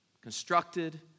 constructed